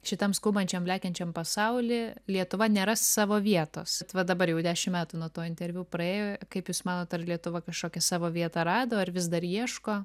šitam skubančiam lekiančiam pasauly lietuva neras savo vietos bet va dabar jau dešim metų nuo to interviu praėjo kaip jūs manot ar lietuva kažkokią savo vietą rado ar vis dar ieško